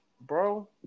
bro